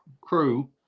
crew